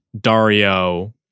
Dario